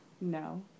No